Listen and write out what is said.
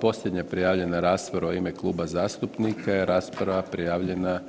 Posljednja prijavljena rasprava u ime kluba zastupnika je rasprava prijavljena